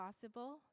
possible